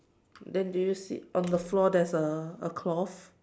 then do you see on the floor there is a cloth